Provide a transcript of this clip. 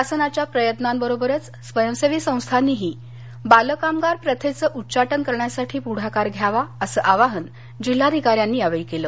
शासनाच्या प्रयत्नांबरोबरच स्वयंसेवी संस्थांनीही बाल कामगार प्रथेचं उच्चटन करण्यासाठी पुढाकार घ्यावा असं आवाहन जिल्हाधिकाऱ्यांनी यावेळी केलं